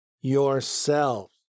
yourselves